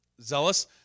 zealous